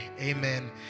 Amen